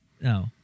No